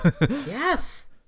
Yes